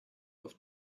auf